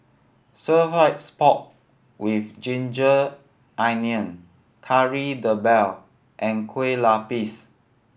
stir fries pork with ginger onion Kari Debal and Kueh Lupis